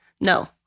No